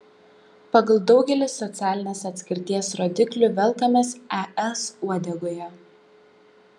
pagal daugelį socialinės atskirties rodiklių velkamės es uodegoje